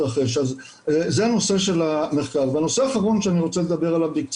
איתו בקשר בעזרת קבוצה של חבר'ה שאנחנו קוראים להם מלווים